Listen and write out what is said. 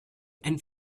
and